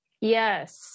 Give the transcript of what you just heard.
Yes